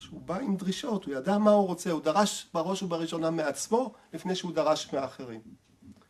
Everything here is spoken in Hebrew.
הוא בא עם דרישות, הוא ידע מה הוא רוצה, הוא דרש בראש ובראשונה מעצמו לפני שהוא דרש מאחרים